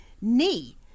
knee